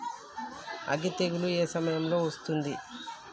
అగ్గి తెగులు ఏ సమయం లో వస్తుంది?